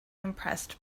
impressed